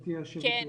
גברתי היושבת ראש.